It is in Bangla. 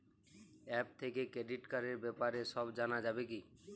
অ্যাপ থেকে ক্রেডিট কার্ডর ব্যাপারে সব জানা যাবে কি?